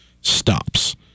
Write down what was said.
stops